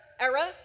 era